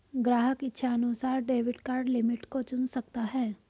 ग्राहक इच्छानुसार debit card limit को चुन सकता है